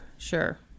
Sure